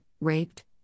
raped